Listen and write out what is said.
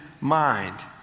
mind